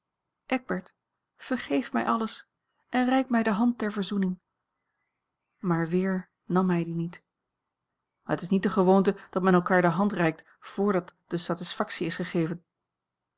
eckbert vergeef mij alles en reik mij de hand ter verzoening maar weer nam hij die niet het is niet de gewoonte dat men elkaar de hand reikt vrdat de satisfactie is gegeven